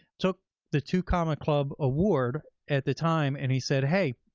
took the two comma club award at the time, and he said, hey,